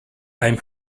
i’m